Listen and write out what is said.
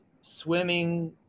swimming